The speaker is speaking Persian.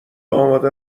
آماده